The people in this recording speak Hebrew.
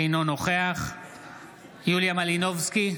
אינו נוכח יוליה מלינובסקי,